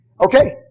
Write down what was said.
Okay